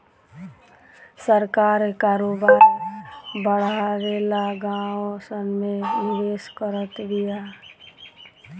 सरकार करोबार बड़ावे ला गाँव सन मे निवेश करत बिया